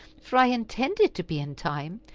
for i intended to be in time.